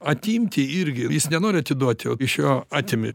atimti irgi jis nenori atiduoti o iš jo atimi